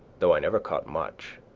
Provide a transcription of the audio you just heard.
though i never caught much,